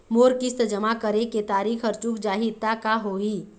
मोर किस्त जमा करे के तारीक हर चूक जाही ता का होही?